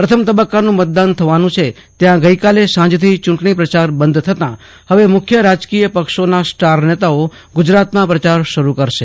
પ્રથમ તબક્કાનું મતદાન થવાનું છે ત્યાં ગઈકાલે સાંજથી ચૂંટણી પ્રચાર બંધ થતાં હવે મુખ્ય રાજકીય પક્ષોના સ્ટાર નેતાઓ ગુજરાતમાં પ્રચાર શરૂ કરશે